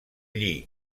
lli